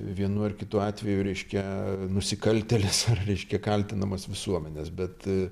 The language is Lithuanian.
vienu ar kitu atveju reiškia nusikaltėlis ar reiškia kaltinamas visuomenės bet